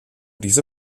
diese